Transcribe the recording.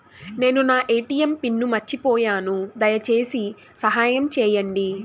నేను నా ATM PIN మర్చిపోయాను, దయచేసి సహాయం చేయండి